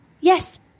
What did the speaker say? Yes